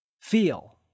Feel